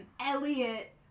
Elliot